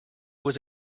was